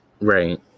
Right